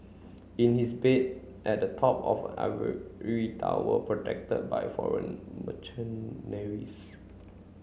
in his bed at the top of an tower protected by foreign